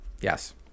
yes